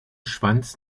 schwanz